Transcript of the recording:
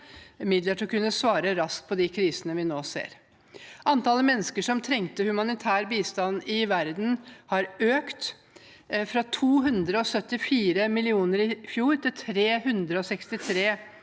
midler til å kunne svare raskt på de krisene vi nå ser. Antallet mennesker som trenger humanitær bistand i verden, har økt fra 274 millioner i fjor til 363